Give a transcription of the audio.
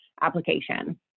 application